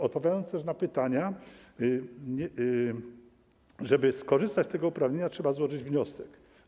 Odpowiadam też na pytania: żeby skorzystać z tego uprawnienia, trzeba złożyć wniosek.